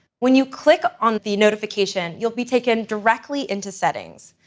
when you click on the notification, you'll be taken directly into settings.